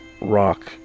rock